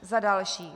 Za další.